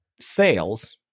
sales